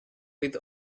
with